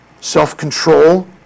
Self-control